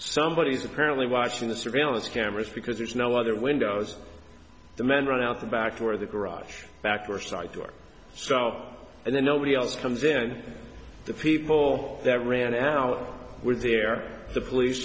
somebody is apparently watching the surveillance cameras because there's no other windows the men run out the back door the garage back or side door stroke and then nobody else comes in and the people that ran out with their the police